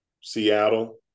Seattle